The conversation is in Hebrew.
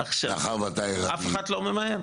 אף אחד לא ממהר.